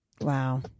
Wow